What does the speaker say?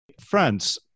France